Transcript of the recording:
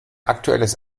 aktuelles